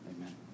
amen